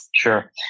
Sure